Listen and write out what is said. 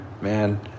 Man